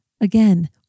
Again